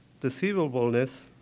deceivableness